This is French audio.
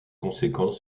conséquences